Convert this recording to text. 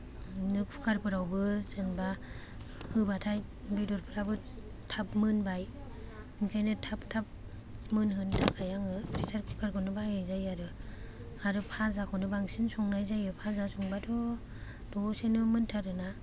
बिदिनो कुकारफोरावबो जेनबा होबाथाय बेदरफोराबो थाब मोनबाय ओंखायनो थाब थाब मोनहोनो थाखाय आङो प्रेसार कुकारखौनो बाहायनाय जायो आरो आरो भाजाखौनो बांसिन संनाय जायो भाजा संबाथ' दसेनो मोनथारो ना